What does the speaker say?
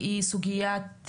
היא סוגיית,